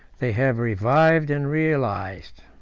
they have revived and realized.